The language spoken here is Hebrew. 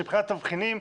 שמבחינת תבחינים,